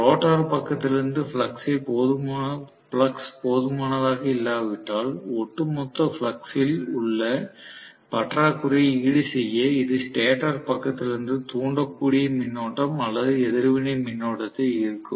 rotor பக்கத்திலிருந்து flux போதுமானதாக இல்லாவிட்டால் ஒட்டுமொத்த ஃப்ளக்ஸில் உள்ள பற்றாக்குறையை ஈடுசெய்ய இது ஸ்டேட்டர் பக்கத்திலிருந்து தூண்டக்கூடிய மின்னோட்டம் அல்லது எதிர்வினை மின்னோட்டத்தை ஈர்க்கும்